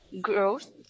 growth